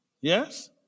Yes